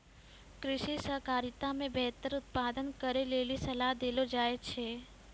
कृषि सहकारिता मे बेहतर उत्पादन करै लेली सलाह देलो जाय छै